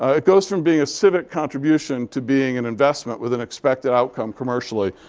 ah it goes from being a civic contribution to being an investment with an expected outcome commercially.